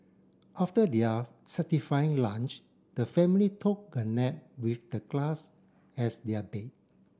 after their satisfying lunch the family took a nap with the grass as their bed